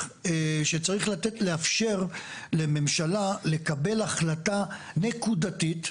שצריך לאפשר לממשלה לקבל החלטה נקודתית.